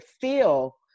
feel